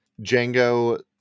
Django